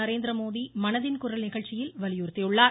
நரேந்திரமோடி மனதின்குரல் நிகழ்ச்சியில் என வலியுறுத்தியுள்ளார்